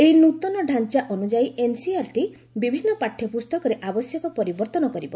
ଏହି ନୃତନ ଡାଞ୍ଚା ଅନୁଯାୟୀ ଏନ୍ସିଆର୍ଟି ବିଭିନ୍ନ ପାଠ୍ୟପୁସ୍ତକରେ ଆବଶ୍ୟକ ପରିବର୍ତ୍ତନ କରିବ